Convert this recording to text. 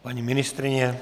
Paní ministryně?